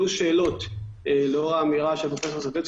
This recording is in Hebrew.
עלו שאלות לאור האמירה של פרופסור סדצקי.